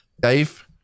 Dave